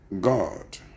God